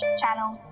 channel